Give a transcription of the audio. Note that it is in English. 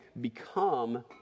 become